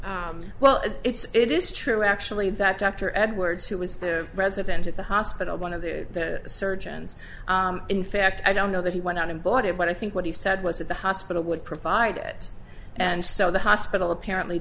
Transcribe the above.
device well it's it is true actually that dr edwards who was the president at the hospital one of the surgeons in fact i don't know that he went out and bought it but i think what he said was that the hospital would provide it and so the hospital apparently